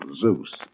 Zeus